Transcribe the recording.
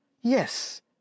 Yes